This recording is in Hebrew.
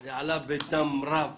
עלה בדם רב